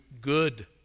good